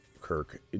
Kirk